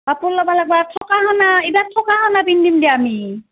কাপোৰ ল'ব লাগিব আমি